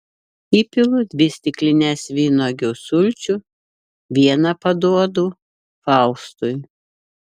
įpilu dvi stiklines vynuogių sulčių vieną paduodu faustui